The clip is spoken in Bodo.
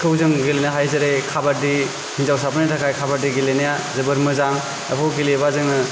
खौ जों गेलेनो हायो जेरै खाबादि हिनजावसाफोरनि थाखाय खाबादि गेलेनाया जोबोर मोजां बेफोरखौ गेलेयोब्ला जोङो